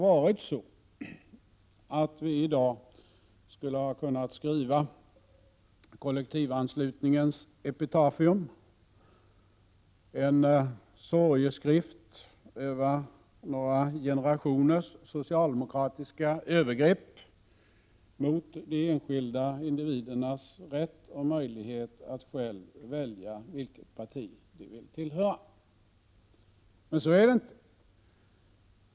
Vi skulle i dag ha kunnat skriva kollektivanslutningens epitafium, en sorgeskrift över några generationers socialdemokratiska övergrepp mot de enskilda individernas rätt och möjlighet att själva välja vilket parti de vill tillhöra. Men så blir det inte.